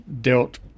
dealt